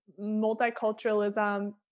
multiculturalism